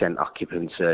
occupancy